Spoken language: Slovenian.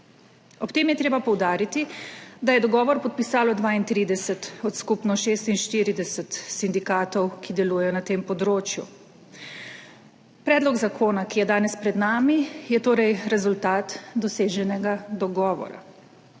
Ob tem je treba poudariti, da je dogovor podpisalo 32 od skupno 46 sindikatov, ki delujejo na tem področju. Predlog zakona, ki je danes pred nami, je torej rezultat doseženega dogovora.